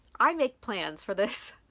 i make plans for this,